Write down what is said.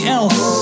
else